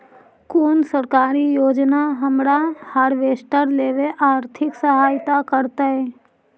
कोन सरकारी योजना हमरा हार्वेस्टर लेवे आर्थिक सहायता करतै?